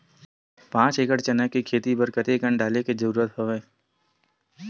पांच एकड़ चना के खेती बर कते कन डाले के जरूरत हवय?